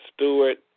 Stewart